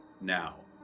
now